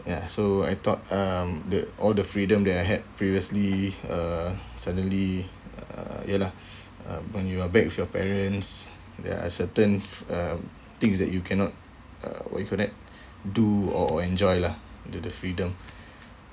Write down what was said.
ya so I thought um the all the freedom that I had previously uh suddenly uh ya lah uh when you are back with your parents there are certain um things that you cannot uh what you call that do or enjoy lah the the freedom